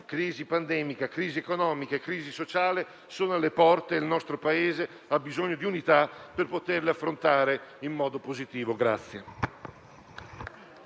crisi pandemica, economica e sociale sono alle porte e il nostro Paese ha bisogno di unità per poterle affrontare in modo positivo.